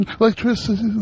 Electricity